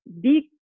big